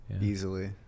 Easily